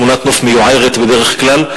תמונת נוף מיוערת בדרך כלל,